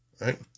Right